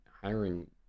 hiring